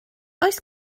oes